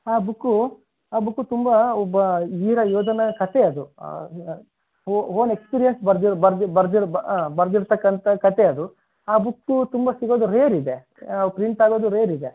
ಆ ಬುಕ್ಕು ಆ ಬುಕ್ಕು ತುಂಬ ಒಬ್ಬ ವೀರ ಯೋಧನ ಕತೆ ಅದು ಓನ್ ಎಕ್ಸ್ಪೀರಿಯೆನ್ಸ್ ಬರೆದಿರೋ ಬರ್ದು ಬರ್ದು ಬರೆದಿರ್ತಕ್ಕಂತ ಕತೆ ಅದು ಆ ಬುಕ್ಕು ತುಂಬ ಸಿಗೋದು ರೇರ್ ಇದೆ ಪ್ರಿಂಟ್ ಆಗೋದು ರೇರ್ ಇದೆ